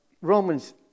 Romans